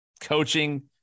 coaching